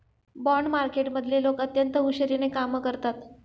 bond मार्केटमधले लोक अत्यंत हुशारीने कामं करतात